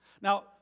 Now